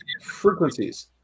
frequencies